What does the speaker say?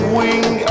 wing